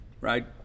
right